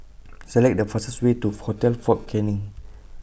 Select The fastest Way to Hotel Fort Canning